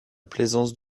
plaisance